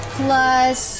plus